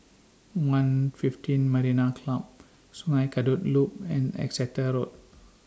one fifteen Marina Club Sungei Kadut Loop and Exeter Road